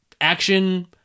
action